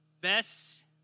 best